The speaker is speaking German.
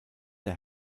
der